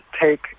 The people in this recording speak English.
take